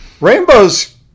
Rainbow's